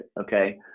okay